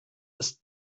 ist